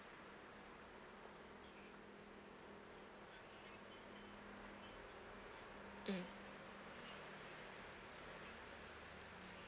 mm